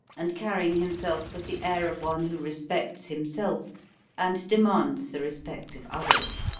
and carrying himself with the air of one who respects himself and demands the respect of others.